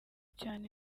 cyane